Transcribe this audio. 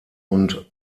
und